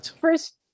first